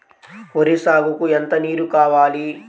వరి సాగుకు ఎంత నీరు కావాలి?